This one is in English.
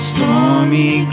Stormy